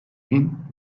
bin